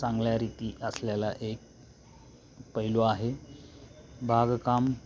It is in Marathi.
चांगल्या रीती असलेला एक पैलू आहे बागकाम